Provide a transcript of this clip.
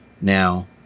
now